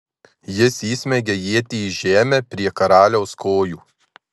jis įsmeigia ietį į žemę prie karaliaus kojų